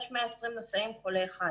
יש 120 נשאים וחולה אחד,